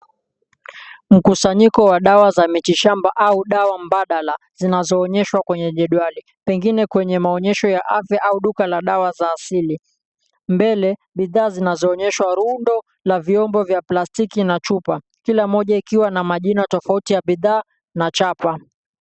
Mkusanyiko wa dawa za miti shamba au dawa mbadala zinazoonyeshwa kwenye jedwali, pengine kwenye maonyesho ya afya au duka la dawa za asili. Mbele bidhaa zinazoonyeshwa rundo la vyombo vya plastiki na chupa. Kila moja ikiwa na majina tofauti ya bidhaa na chapa.